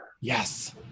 Yes